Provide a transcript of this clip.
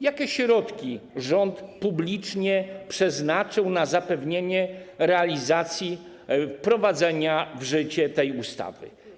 Jakie środki rząd publicznie przeznaczył na zapewnienie realizacji wprowadzenia w życie tej ustawy?